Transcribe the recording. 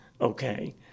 okay